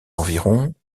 environ